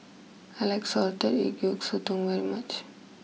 I like Salted Egg Yolk Sotong very much